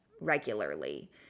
regularly